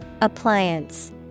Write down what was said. Appliance